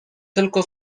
tylko